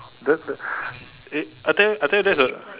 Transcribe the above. that that it I tell you tell you that's a